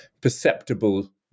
perceptible